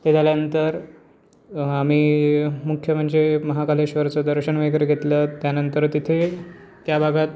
ते झाल्यानंतर आम्ही मुख्य म्हणजे महाकालेश्वरचं दर्शन वगैरे घेतलं त्यानंतर तिथे त्या भागात